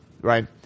right